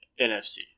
NFC